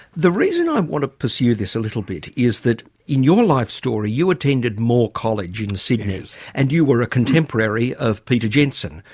the reason i want to pursue this a little bit, is that in your life story, you attended moore college in sydney and you were a contemporary of peter jensen,